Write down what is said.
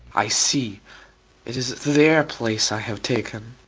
i see it is their place i have taken.